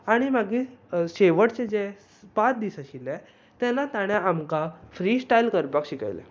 आनी मागीर शेवटचे जे पांच दीस आशिल्ले तेन्ना ताणें आमकां फ्री स्टाइल करपाक शिकयलें